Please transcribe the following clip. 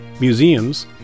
museums